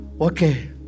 Okay